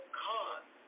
cause